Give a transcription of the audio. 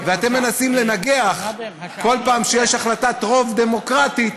ואתם מנסים לנגח, כל פעם שיש החלטת רוב דמוקרטית,